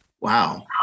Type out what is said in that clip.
Wow